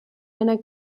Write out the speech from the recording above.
einer